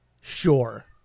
Sure